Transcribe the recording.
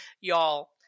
y'all